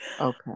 okay